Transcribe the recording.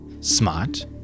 smart